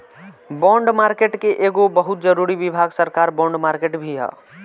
bond market के एगो बहुत जरूरी विभाग सरकार बॉन्ड मार्केट भी ह